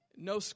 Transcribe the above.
No